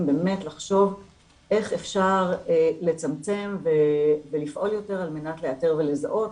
באמת לחשוב איך אפשר לצמצם ולפעול יותר על מנת לאתר ולזהות.